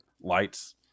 lights